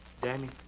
Danny